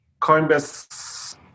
Coinbase